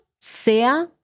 sea